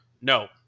No